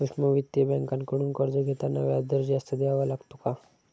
सूक्ष्म वित्तीय बँकांकडून कर्ज घेताना व्याजदर जास्त द्यावा लागतो का?